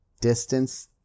distance